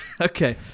Okay